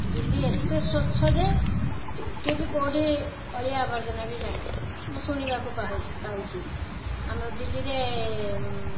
ଦିଲ୍ଲୀ ଏତେ ସ୍ୱଚ୍ଛ ଯେ ଟିକିଏ ବି କେଉଁଠି ଅଳିଆ ଆବର୍ଜନା ବି ନାହିଁ ମୁଁ ଶୁଣିବାକୁ ପାଉଛି ପାଉଛି ଆମର ଦିଲ୍ଲୀରେ